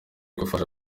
igufasha